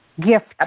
gift